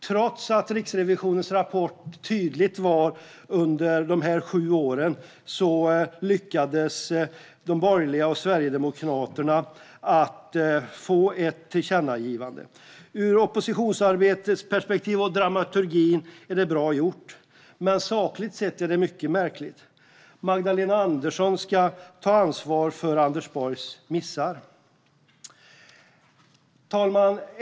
Trots att Riksrevisionens rapport tydligt gällde de sju åren lyckades de borgerliga och Sverigedemokraterna att få ett tillkännagivande. Ur oppositionsarbetets perspektiv och sett till dramaturgin är det bra gjort, men sakligt sett är det mycket märkligt. Magdalena Andersson ska ta ansvar för Anders Borgs missar. Fru talman!